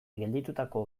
gelditutako